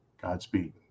Godspeed